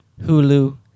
Hulu